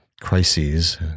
crises